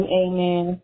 amen